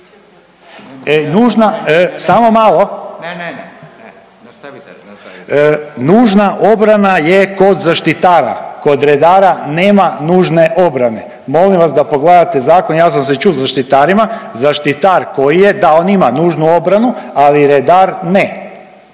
Nužna obrana je kod zaštitara, kod redara nema nužne obrane. Molim vas da pogledate zakon, ja sam se čul sa zaštitarima, zaštitar koji je, da, on ima nužnu obranu, ali redar ne.